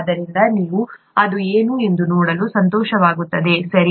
ಆದ್ದರಿಂದ ನೀವು ಅದು ಏನು ಎಂದು ನೋಡಲು ಸಂತೋಷವಾಗುತ್ತದೆ ಸರಿ